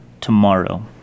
tomorrow